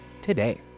today